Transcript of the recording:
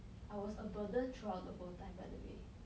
I was a burden throughout the whole time by the way